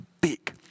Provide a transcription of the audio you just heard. big